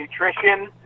Nutrition